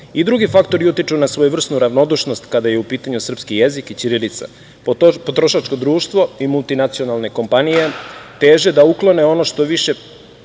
drugi faktori utiču na svojevrsnu ravnodušnost kada je u pitanju srpski jezik i ćirilica. Potrošačko društvo i multinacionalne kompanije teže da uklone što više